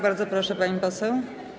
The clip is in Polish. Bardzo proszę, pani poseł.